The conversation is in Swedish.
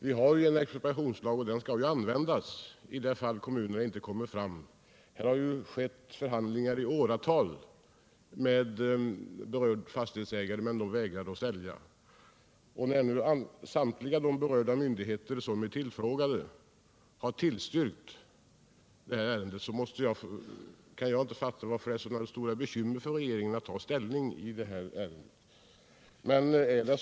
Vi har ju en expropriationslag, och den skall användas när kommunerna inte kommer fram. Förhandlingar har pågått i åratal med berörda fastighetsägare, men de har vägrat att sälja. När nu samtliga berörda myndigheter som är tillfrågade har tillstyrkt, kan jag inte fatta varför regeringen har sådana svårigheter att ta ställning i det här ärendet.